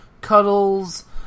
Cuddles